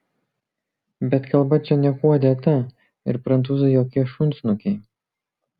bet kalba čia niekuo dėta ir prancūzai jokie šunsnukiai